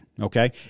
Okay